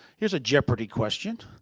here's a jeopardy question.